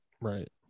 Right